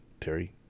Terry